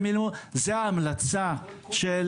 זה ההמלצה.